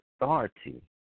authority